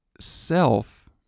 self